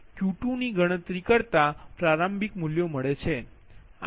તેથીQ2 ની ગણતરી છે તે પ્રારંભિક મુલ્યો છે